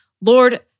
Lord